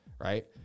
right